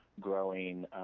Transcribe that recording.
growing